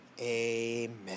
amen